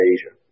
Asia